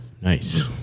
Nice